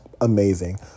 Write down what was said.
amazing